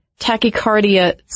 tachycardia